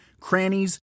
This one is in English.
crannies